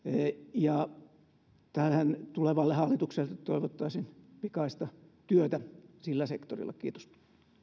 ja tälle tulevalle hallitukselle toivottaisin pikaista työtä sillä sektorilla kiitos